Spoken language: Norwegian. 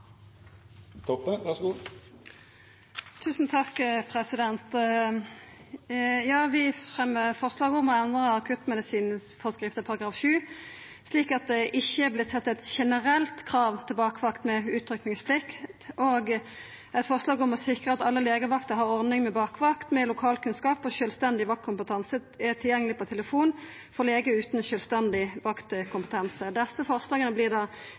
Vi har fremja forslag om å endra forskrift om akuttmedisin § 7 slik at det ikkje vert sett eit generelt krav til bakvakt med utrykkingsplikt, og eit forslag om å sikra at alle legevakter har ei ordning der bakvakt med lokalkunnskap og sjølvstendig vaktkompetanse er tilgjengeleg på telefon for legar utan sjølvstendig vaktkompetanse. Desse forslaga